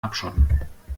abschotten